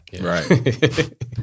Right